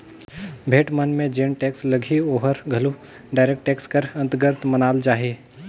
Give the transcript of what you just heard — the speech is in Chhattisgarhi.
भेंट मन में जेन टेक्स लगही ओहर घलो डायरेक्ट टेक्स कर अंतरगत मानल जाही